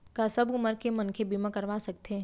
का सब उमर के मनखे बीमा करवा सकथे?